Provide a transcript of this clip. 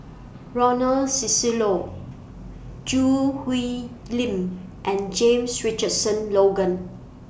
Ronald Susilo Choo Hwee Lim and James Richardson Logan